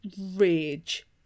rage